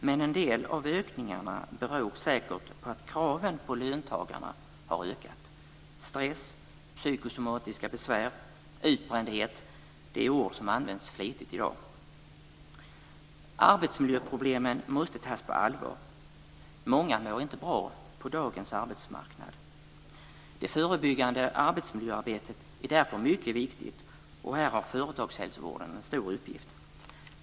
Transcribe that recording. Men en del av ökningarna beror säkert på att kraven på löntagarna har ökat. Stress, psykosomatiska besvär och utbrändhet är ord som används flitigt i dag. Arbetsmiljöproblemen måste tas på allvar - många mår inte bra på dagens arbetsmarknad. Det förebyggande arbetsmiljöarbetet är därför mycket viktigt, och här har företagshälsovården en stor uppgift.